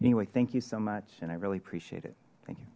anyway thank you so much and i really appreciate it